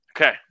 Okay